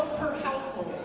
per household